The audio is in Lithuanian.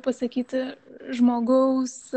pasakyti žmogaus